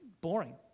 boring